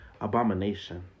abomination